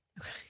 Okay